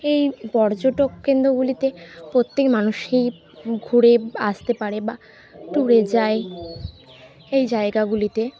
এই পর্যটক কেন্দ্রগুলিতে প্রত্যেক মানুষই ঘুরে আসতে পারে বা ট্যুরে যায় এই জায়গাগুলিতে